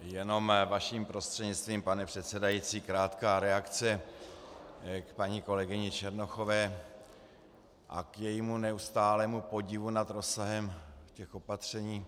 Jenom vaším prostřednictvím, pane předsedající, krátká reakce k paní kolegyni Černochové a k jejímu neustálému podivu nad rozsahem těch opatření.